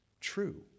true